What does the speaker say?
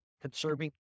Conserving